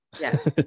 Yes